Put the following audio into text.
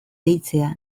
deitzea